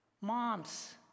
Moms